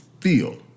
feel